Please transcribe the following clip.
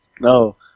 No